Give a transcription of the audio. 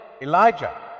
Elijah